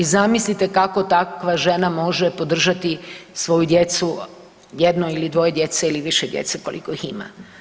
I zamislite kako takva žena može podržati svoju djecu, jedno ili dvoje djece ili više djece koliko ih ima.